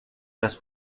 las